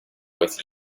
with